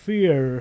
Fear